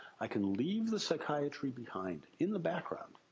i can leave the psychiatry behind, in the background.